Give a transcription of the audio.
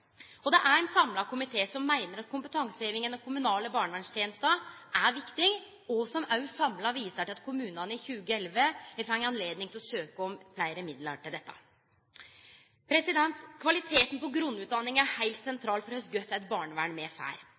Det er ein samla komité som meiner at kompetanseheving i den kommunale barnevernstenesta er viktig, og som òg samla viser til at kommunane i 2011 har fått anledning til å søkje om fleire midlar til dette. Kvaliteten på grunnutdanninga er heilt sentral for kor godt barnevern me får.